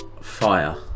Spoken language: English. fire